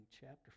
chapter